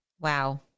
Wow